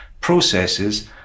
processes